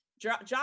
John